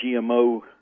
GMO